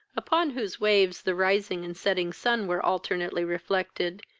upon whose waves the rising and setting sun were alternately reflected,